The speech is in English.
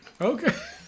Okay